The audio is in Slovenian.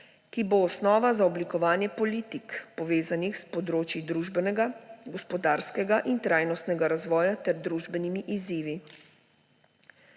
ki bo osnova za oblikovanje politik, povezanih s področji družbenega, gospodarskega in trajnostnega razvoja ter z družbenimi izzivi.